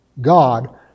God